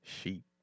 Sheep